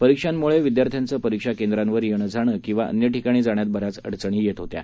परीक्षांमुळे विद्यार्थ्यांचं परीक्षा केंद्रावर येणंजाणं किंवा अन्य ठिकाणी जाण्यात बऱ्याच अडचणी येत होत्या